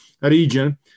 region